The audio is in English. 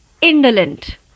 indolent